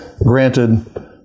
granted